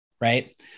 Right